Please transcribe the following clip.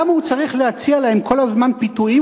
למה הוא צריך להציע להם כל הזמן פיתויים